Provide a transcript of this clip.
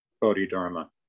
Bodhidharma